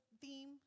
theme